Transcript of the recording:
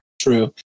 True